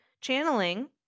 channeling